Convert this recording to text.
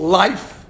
life